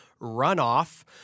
runoff